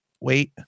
wait